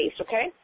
okay